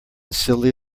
silly